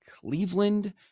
Cleveland